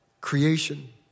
creation